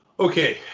okay,